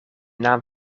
naam